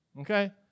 okay